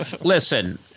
Listen